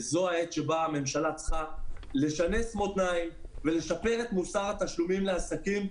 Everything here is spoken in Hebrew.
זו העת שבה הממשלה צריכה לשנס מותניים ולשפר את מוסר התשלומים לעסקים,